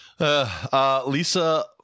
Lisa